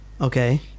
okay